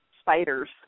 Spiders